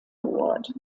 award